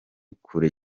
kure